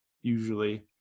usually